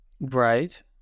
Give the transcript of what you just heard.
Right